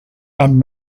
and